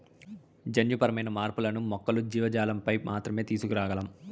జన్యుపరమైన మార్పులను మొక్కలు, జీవజాలంపైన మాత్రమే తీసుకురాగలం